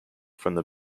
from